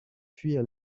fuir